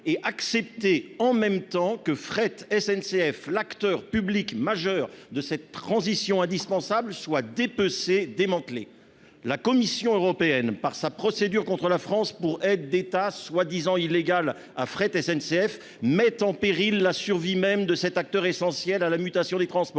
et acceptée en même temps que fret SNCF. L'acteur public majeur de cette transition indispensable soit dépecé démantelé. La Commission européenne par sa procédure contre la France pour aide d'État soi-disant illégale ah fret SNCF mettent en péril la survie même de cet acteur essentiel à la mutation des transports,